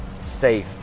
safe